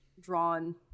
drawn